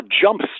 jump